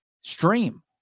Stream